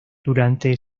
durante